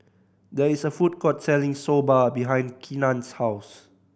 there is a food court selling Soba behind Keenan's house